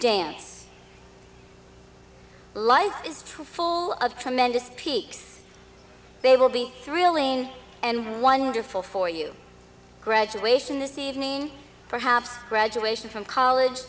dance life is true full of tremendous peaks they will be thrilling and wonderful for you graduation this evening perhaps graduation from college